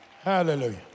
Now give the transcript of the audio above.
hallelujah